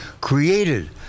created